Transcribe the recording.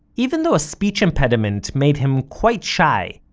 even though a speech impediment made him quite shy,